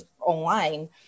online